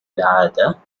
العادة